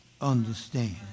understand